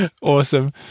Awesome